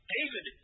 David